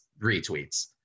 retweets